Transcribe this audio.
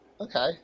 Okay